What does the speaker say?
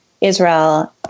Israel